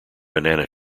banana